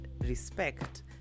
respect